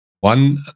One